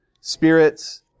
spirits